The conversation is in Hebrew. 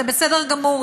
זה בסדר גמור.